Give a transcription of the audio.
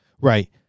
Right